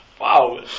wow